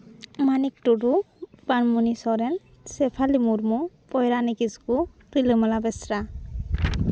Manik Tudu Panmoni Soren Sephali Murmu Poirani Kisku Rilamala Besra